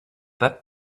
that